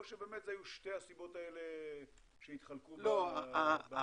או שהיו אלה שתי הסיבות שהתחלקו באחריות.